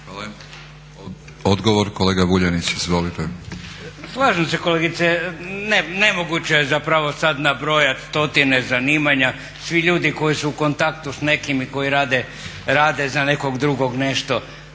Nikola (Nezavisni)** Slažem se kolegice, nemoguće je zapravo sad nabrojati stotine zanimanja, svi ljudi koji su u kontaktu s nekime i koji rade za nekog drugog nešto.